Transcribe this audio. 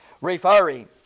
referring